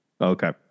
Okay